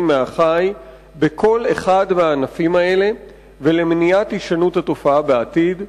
מהחי בכל אחד מהענפים האלה ולמניעת הישנות התופעה בעתיד?